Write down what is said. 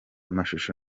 amashusho